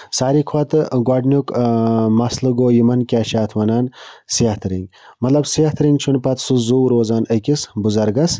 ساروی کھۄتہٕ گۄڈٕنیُک مَسلہٕ گوٚو یِمَن کیٛاہ چھِ اَتھ وَنان صحتہٕ رٔنٛگۍ مَطلَب صحتہٕ رٔنٛگۍ چھُنہٕ پَتہٕ سُہ زوٗ روزان أکِس بُزَرگَس